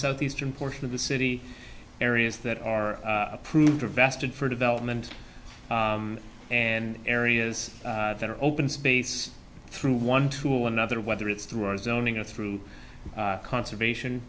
southeastern portion of the city areas that are approved or vested for development and areas that are open space through one tool another whether it's through our zoning or through conservation